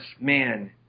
Man